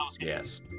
yes